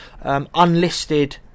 unlisted